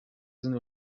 sind